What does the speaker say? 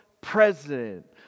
president